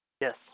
Yes